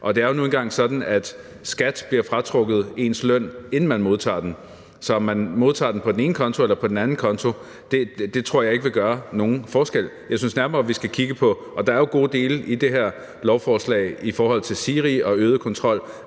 Det er jo nu engang sådan, at skat bliver fratrukket ens løn, inden man modtager den, så om man modtager den på den ene konto eller den anden tror jeg ikke vil gøre nogen forskel. Jeg synes, at vi skal kigge nærmere på noget, for der er jo gode dele i det her lovforslag i forhold til SIRI og øget kontrol,